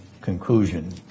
conclusion